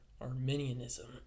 Arminianism